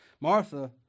Martha